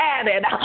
added